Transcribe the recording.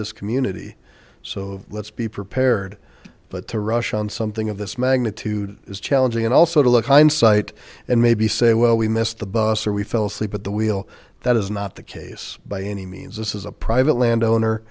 this community so let's be prepared but to rush on something of this magnitude is challenging and also to look hindsight and maybe say well we missed the bus or we fell asleep at the wheel that is not the case by any means this is a private land owner